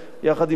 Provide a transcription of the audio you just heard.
יחד עם זאת,